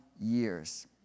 years